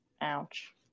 ouch